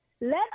Let